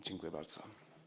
Dziękuję bardzo.